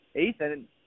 Ethan